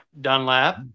Dunlap